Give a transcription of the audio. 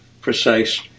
precise